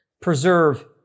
preserve